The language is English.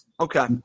Okay